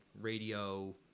radio